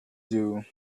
due